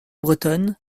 bretonne